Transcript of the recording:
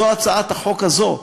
זו הצעת החוק הזו.